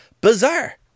bizarre